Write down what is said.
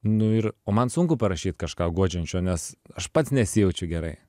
nu ir o man sunku parašyt kažką guodžiančio nes aš pats nesijaučiau gerai